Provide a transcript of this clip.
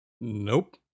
Nope